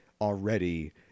already